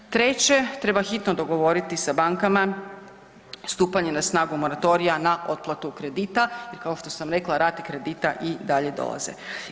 Treće, treba hitno dogovoriti sa bankama stupanje na snagu moratorija na otplatu kredita jer kao što sam rekla rate kredita i dalje dolaze.